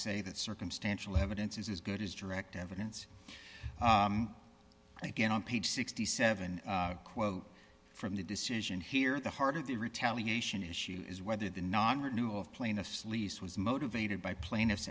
say that circumstantial evidence is as good as direct evidence again on page sixty seven quote from the decision here the heart of the retaliation issue is whether the non renewal of plaintiff's lease was motivated by pla